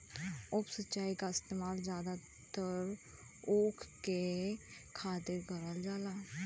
उप सिंचाई क इस्तेमाल जादातर ऊख के खातिर करल जाला